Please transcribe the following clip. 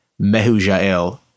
Mehujael